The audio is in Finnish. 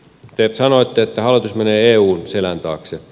te sanoitte että hallitus menee eun selän taakse